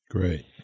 Great